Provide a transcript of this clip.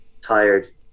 tired